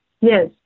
Yes